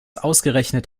ausgerechnet